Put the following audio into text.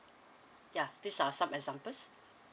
ya these are some examples